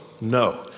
No